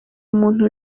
umuntu